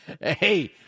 Hey